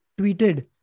tweeted